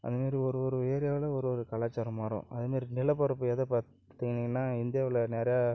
அந்த மாரி ஒரு ஒரு ஏரியாவில் ஒரு ஒரு கலாச்சாரம் மாறும் அதை மாரி நிலப்பரப்பு எதை பார்த்திங்கனா இந்தியாவில் நிறையா